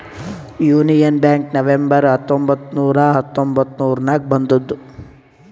union Bank November ಹತ್ತೊಂಬತ್ತ್ ನೂರಾ ಹತೊಂಬತ್ತುರ್ನಾಗ್ ಬಂದುದ್